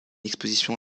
exposition